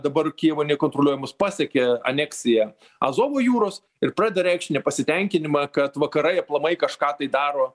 dabar kijevo nekontroliuojamus pasiekė aneksiją azovo jūros ir pradeda reikšti nepasitenkinimą kad vakarai aplamai kažką tai daro